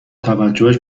توجهش